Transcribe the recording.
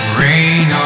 rain